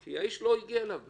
כי האדם לא הגיע אליו בכלל,